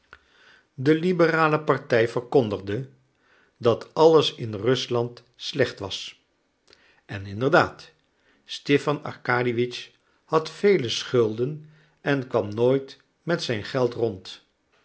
de liberale partij verkondigde dat alles in rusland slecht was en inderdaad stipan arkadiewitsch had vele schulden en kwam nooit met zijn geld rond